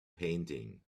painting